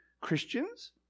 Christians